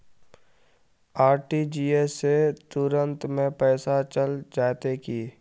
RTGS से तुरंत में पैसा चल जयते की?